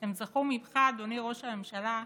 הם זכו ממך, אדוני ראש הממשלה,